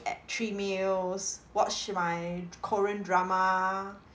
at three meals watch my korean drama